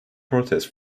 protest